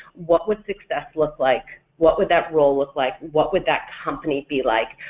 what would success look like? what would that role look like? what would that company be like?